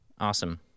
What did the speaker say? Awesome